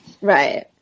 Right